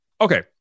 Okay